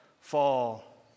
fall